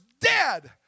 dead